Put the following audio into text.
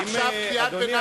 מעכשיו קריאת ביניים מותרת ולא,